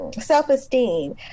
self-esteem